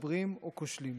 מתגברים או כושלים.